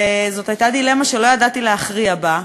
זאת הייתה דילמה שלא ידעתי להכריע בה,